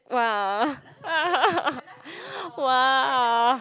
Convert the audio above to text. !wah! !wah!